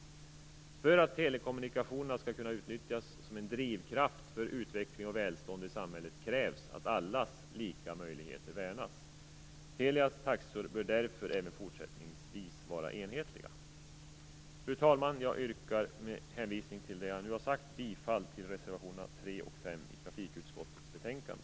För att telekommunikationerna skall kunna utnyttjas som en drivkraft för utveckling och välstånd i samhället krävs det att allas lika möjligheter värnas. Telias taxor bör därför även fortsättningsvis vara enhetliga. Fru talman! Med hänvisning till vad jag här har sagt yrkar jag bifall till reservationerna 3 och 5 i trafikutskottets betänkande.